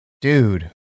dude